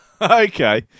Okay